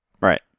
Right